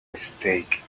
mistake